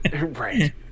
right